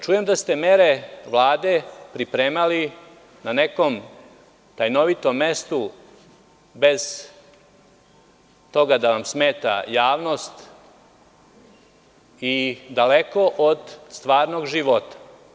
Čujem da ste mere Vlade pripremali na nekom tajnovitom mestu, bez toga da vam smeta javnost i daleko od stvarnog života.